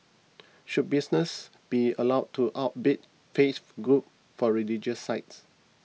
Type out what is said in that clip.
should businesses be allowed to outbid faith groups for religious sites